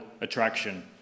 attraction